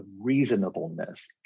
reasonableness